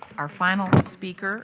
our final speaker